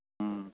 ம்